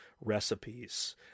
recipes